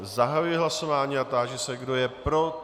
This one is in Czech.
Zahajuji hlasování a táži se, kdo je pro.